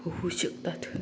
होऊ शकतात